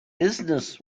business